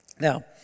Now